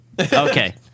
Okay